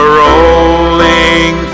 rolling